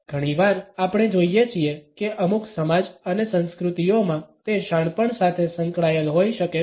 ઘણીવાર આપણે જોઈએ છીએ કે અમુક સમાજ અને સંસ્કૃતિઓમાં તે શાણપણ સાથે સંકળાયેલ હોઈ શકે છે